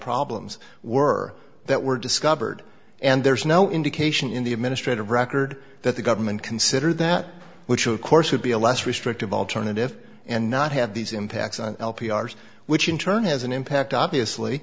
problems were that were discovered and there's no indication in the administrative record that the government consider that which of course would be a less restrictive alternative and not have these impacts on l p r which in turn has an impact obviously